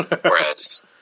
whereas